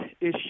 issue